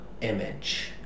image